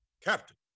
Captain